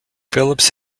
phillips